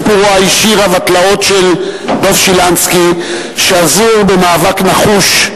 סיפורו האישי רב-התלאות של דב שילנסקי שזור במאבק נחוש,